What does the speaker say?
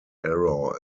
error